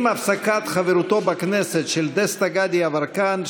עם הפסקת חברותו בכנסת של דסטה גדי יברקן,